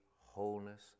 wholeness